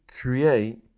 create